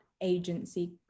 agency